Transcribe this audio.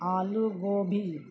آلو گوبھی